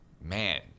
Man